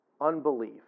unbelief